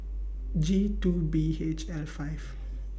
G two B H L five